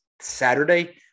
Saturday